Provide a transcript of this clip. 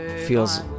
feels